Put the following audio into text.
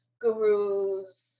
gurus